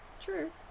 True